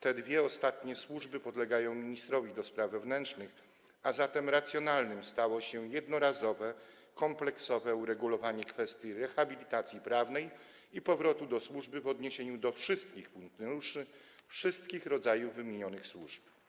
Te dwie ostatnie służby podlegają ministrowi do spraw wewnętrznych, a zatem racjonalne stało się jednorazowe, kompleksowe uregulowanie kwestii rehabilitacji prawnej i powrotu do służby w odniesieniu do wszystkich funkcjonariuszy, wszystkich rodzajów wymienionych służb.